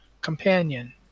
companion